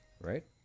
right